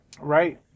Right